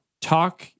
talk